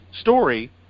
story